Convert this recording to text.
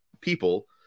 people